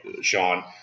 Sean